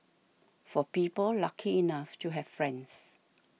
for people lucky enough to have friends